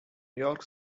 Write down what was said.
york